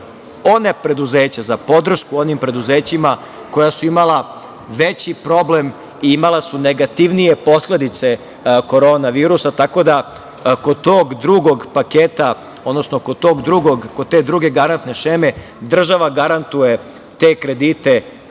ona preduzeća, za podršku onim preduzećima koja su imala veći problem i imala su negativnije posledice Korona virusa, tako da kod tog drugog paketa, odnosno kod te druge garantne šeme, država garantuje te kredite